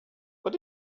what